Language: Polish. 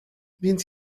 więc